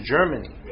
Germany